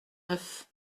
neuf